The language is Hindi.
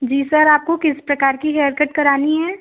जी सर आपको किस प्रकार की हेयरकट करानी है